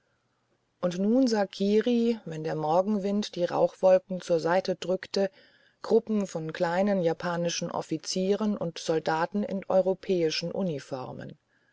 und nun sah kiri wenn der morgenwind die rauchwolken zur seite rückte gruppen von kleinen japanischen offizieren und soldaten in europäischen uniformen